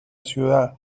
ciudad